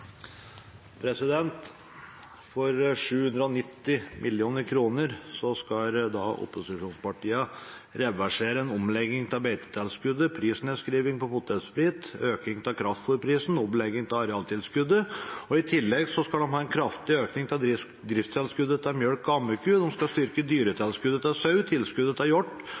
For 790 mill. kr skal opposisjonspartiene reversere en omlegging av beitetilskuddene og prisnedskriving på potetsprit, ha økning i kraftfôrprisen og ha omlegging av arealtilskuddet. I tillegg skal de ha en kraftig økning av driftstilskuddet til melk og ammeku. De skal styrke dyretilskuddet til sau, tilskuddet til hjort,